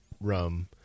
rum